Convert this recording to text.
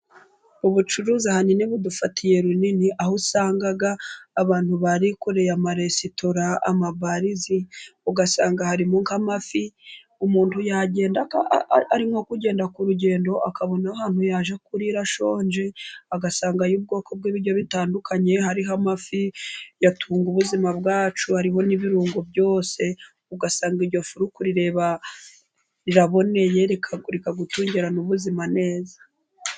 Ubucuruzi ahanini budufatiye runini, aho usanga abantu barikoreye amaresitora, amabari se, ugasanga harimo nk'amafi. Umuntu yagenda ari nko kugenda ku rugendo akabona ahantu yajya kurira ashonje, agasangayo ubwoko bw'ibiryo bitandukanye. Hariho amafi yatunga ubuzima bwacu, hariho n'ibirungo byose. Ugasanga iyo fi urikuyireba iraboneye, ikagutungira n'ubuzima neza.